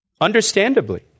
Understandably